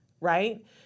right